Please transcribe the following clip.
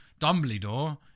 Dumbledore